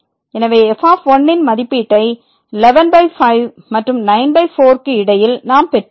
எனவே f ன் மதிப்பீட்டை 115 மற்றும் 94 க்கு இடையில் நாம் பெற்றோம்